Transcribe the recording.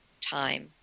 time